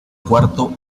cuarto